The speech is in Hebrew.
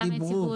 דיברו.